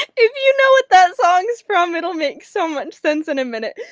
if you know what that song is from it'll make so much sense in a minute!